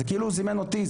זה כאילו הוא זימן אותי,